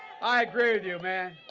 i agree with you, man.